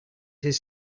his